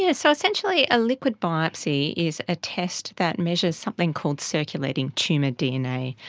yeah so essentially a liquid biopsy is a test that measures something called circulating tumour dna.